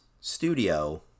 studio